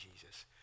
Jesus